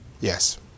Yes